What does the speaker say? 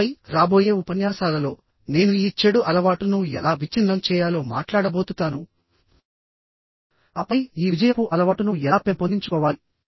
ఆపైరాబోయే ఉపన్యాసాలలోనేను ఈ చెడు అలవాటును ఎలా విచ్ఛిన్నం చేయాలో మాట్లాడబోతుతానుఆపైఈ విజయపు అలవాటును ఎలా పెంపొందించుకోవాలి